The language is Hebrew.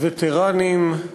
וטרנים,